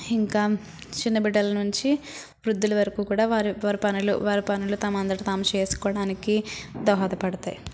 ఇంకా చిన్నబిడ్డల నుంచి వృద్ధుల వరకు కూడా వారు వారు పనులు వారు పనులు తమంతట తాము చేసుకోడానికి దోహదపడతాయి